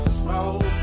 smoke